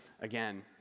again